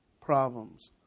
problems